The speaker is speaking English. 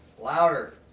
louder